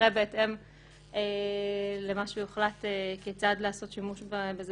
בהתאם למה שיוחלט כיצד לעשות שימוש בזה